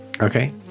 Okay